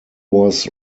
was